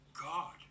God